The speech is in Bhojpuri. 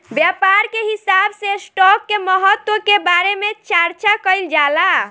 व्यापार के हिसाब से स्टॉप के महत्व के बारे में चार्चा कईल जाला